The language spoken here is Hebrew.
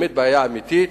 בעיה אמיתית.